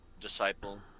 disciple